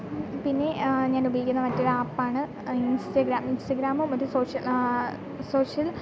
പിന്നെ ഞാൻ ഉപയോഗിക്കുന്ന മറ്റൊ രു ആപ്പാണ് ഇൻസ്റ്റാഗ്രാം ഇൻസ്റ്റാഗ്രാമും മറ്റ് സോഷ്യൽ സോഷ്യൽ